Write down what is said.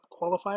qualifier